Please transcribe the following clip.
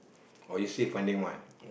or you save money one